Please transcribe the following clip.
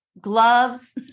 gloves